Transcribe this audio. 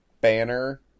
Banner